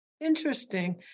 Interesting